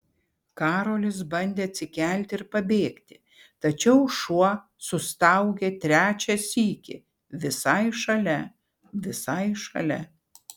karolis bandė atsikelti ir pabėgti tačiau šuo sustaugė trečią sykį visai šalia visai šalia